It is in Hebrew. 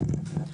בבקשה.